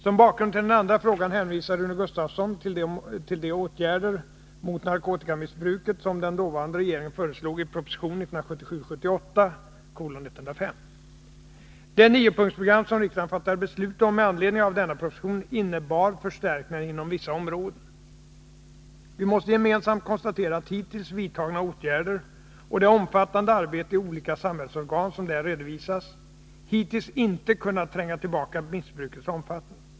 Som bakgrund till den andra frågan hänvisar Rune Gustavsson till de åtgärder mot narkotikamissbruket som den dåvarande regeringen föreslog i proposition 1977/78:105. Det niopunktsprogram som riksdagen fattade beslut om med anledning av denna proposition innebar förstärkningar inom vissa områden. Vi måste gemensamt konstatera att hittills vidtagna åtgärder och det omfattande arbete i olika samhällsorgan som där redovisades ännu inte kunnat tränga tillbaka missbrukets omfattning.